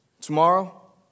Tomorrow